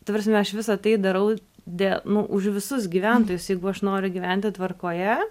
ta prasme aš visa tai darau dė nu už visus gyventojus jeigu aš noriu gyventi tvarkoje